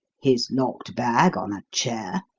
his locked bag on a chair,